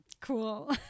Cool